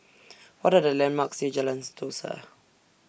What Are The landmarks near Jalan Sentosa